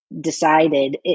decided